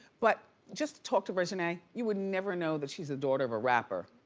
but just talk to reginae, you would never know that she's a daughter of a rapper,